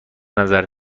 نظر